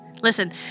Listen